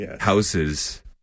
houses